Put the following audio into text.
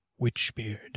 Witchbeard